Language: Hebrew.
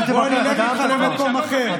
בוא אני אלך איתך למקום אחר,